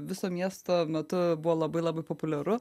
viso miesto metu buvo labai labai populiaru